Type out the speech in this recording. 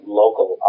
local